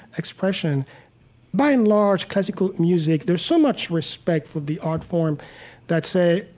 expression by and large, classical music, there's so much respect for the art form that, say,